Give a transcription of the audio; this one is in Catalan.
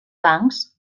bancs